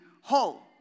whole